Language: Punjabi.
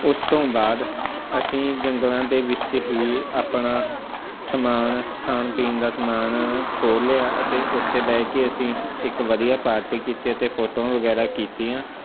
ਉਸ ਤੋਂ ਬਾਅਦ ਅਸੀਂ ਜੰਗਲਾਂ ਦੇ ਵਿੱਚ ਹੀ ਆਪਣਾ ਸਮਾਨ ਖਾਣ ਪੀਣ ਦਾ ਸਮਾਨ ਖੋਲ੍ਹ ਲਿਆ ਅਤੇ ਉੱਥੇ ਬਹਿ ਕੇ ਅਸੀਂ ਇੱਕ ਵਧੀਆ ਪਾਰਟੀ ਕੀਤੀ ਅਤੇ ਫੋਟੋਆਂ ਵਗੈਰਾ ਕੀਤੀਆਂ